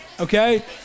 Okay